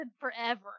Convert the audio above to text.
forever